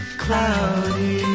cloudy